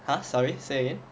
!huh! sorry say again